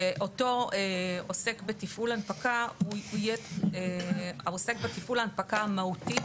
שאותו עוסק בתפעול הנפקה הוא יהיה העוסק בתפעול ההנפקה המהותי.